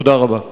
תודה רבה.